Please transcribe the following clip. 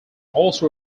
also